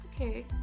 okay